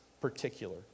particular